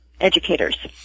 educators